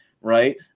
right